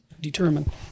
determine